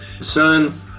Son